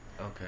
okay